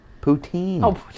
poutine